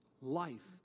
life